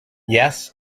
yes